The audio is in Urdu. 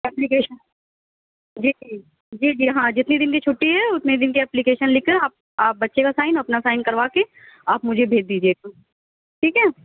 ایپلیکیشن جی جی جی جی ہاں جتنی دِن کی چُھٹی ہے اتنے دِن کی ایپلیکیشن لِکھ کر آپ آپ بچے کا سائن اور اپنا سائن کروا کے آپ مجھے بھیج دیجیے گا ٹھیک ہے